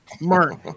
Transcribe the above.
Mark